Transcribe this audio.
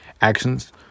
actions